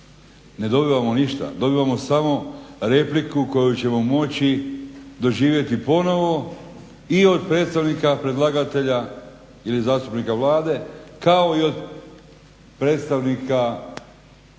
Ne dobivamo ništa, dobivamo samo repliku koju ćemo moći doživjeti ponovno i od predstavnika predlagatelja ili zastupnika Vlade kao i od predstavnika vladajuće